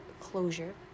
closure